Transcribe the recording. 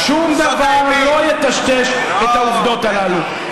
שום דבר לא יטשטש את העובדות הללו.